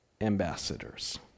ambassadors